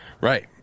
Right